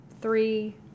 three